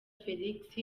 felix